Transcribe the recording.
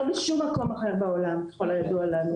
לא בשום מקום אחר בעולם ככל הידוע לנו.